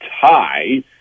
tie